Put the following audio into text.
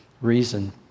reason